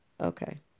Okay